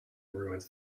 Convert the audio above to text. ruins